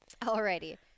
Alrighty